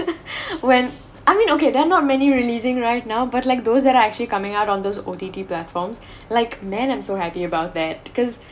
when I mean okay then not many releasing right now but like those that are actually coming out on those O_T_T platforms like man I'm so happy about that cause